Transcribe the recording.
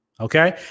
Okay